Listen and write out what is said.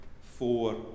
four